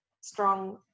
strong